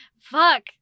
Fuck